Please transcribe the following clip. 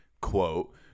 Quote